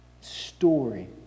story